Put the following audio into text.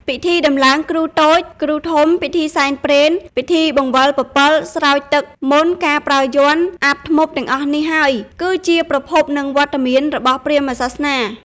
ពិធីដំឡើងគ្រូតូច គ្រូធំ ពិធីសែនព្រេន ពិធីបង្វិលពពិលស្រោចទឹកមន្តការប្រើយ័ន្ត អាបធ្មប់ ទាំងអស់នេះហើយគឺជាប្រភព និងវត្តមានរបស់ព្រាហ្មណ៍សាសនា។